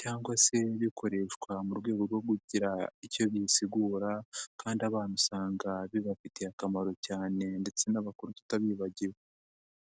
cyangwa se bikoreshwa mu rwego rwo kugira icyo bisigura kandi abana usanga bibafitiye akamaro cyane ndetse n'abakuru tutabibagiwe.